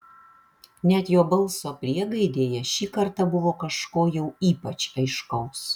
net jo balso priegaidėje šį kartą buvo kažko jau ypač aiškaus